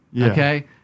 okay